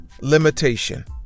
limitation